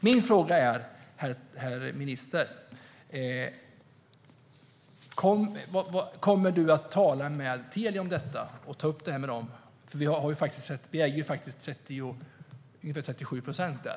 Min fråga, herr minister, är: Kommer du att tala med Telia och ta upp detta med dem? Vi äger faktiskt ungefär 37 procent där.